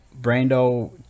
Brando